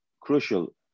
crucial